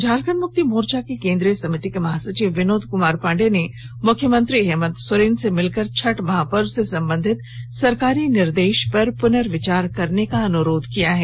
झारखंड मुक्ति मोर्चा के केंद्रीय समिति के महासचिव विनोद कुमार पांडेय ने मुख्यमंत्री हेमंत सोरेन से मिलकर छठ महापर्व से संबंधित सरकारी निर्देश पर पुनर्विचार करने का अनुरोध किया है